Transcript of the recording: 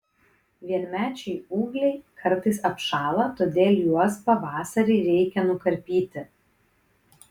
vienmečiai ūgliai kartais apšąla todėl juos pavasarį reikia nukarpyti